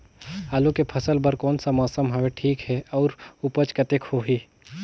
आलू के फसल बर कोन सा मौसम हवे ठीक हे अउर ऊपज कतेक होही?